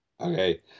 okay